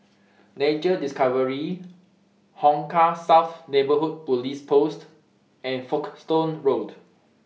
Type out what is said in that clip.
Nature Discovery Hong Kah South Neighbourhood Police Post and Folkestone Road